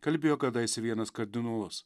kalbėjo kadaise vienas kardinolas